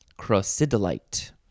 Crocidolite